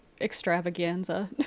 extravaganza